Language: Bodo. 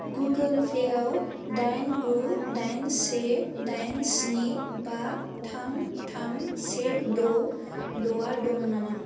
गुगोल पेआव दाइन गु दाइन से दाइन स्नि बा थाम थाम से द' द'आ दं नामा